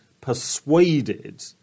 persuaded